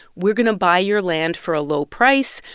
we're going to buy your land for a low price.